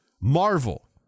Marvel